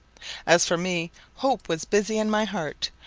as for me hope was busy in my heart,